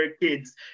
kids